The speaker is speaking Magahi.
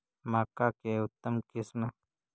मक्का के उतम किस्म?